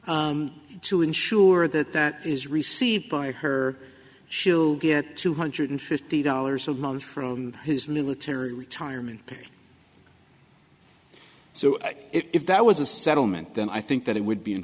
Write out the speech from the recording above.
stop to ensure that that is received by her she'll get two hundred fifty dollars a month from his military retirement so if that was a settlement then i think that it would be